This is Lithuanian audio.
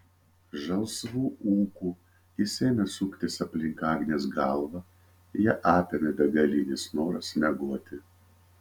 žalsvu ūku jis ėmė suktis aplink agnės galvą ją apėmė begalinis noras miegoti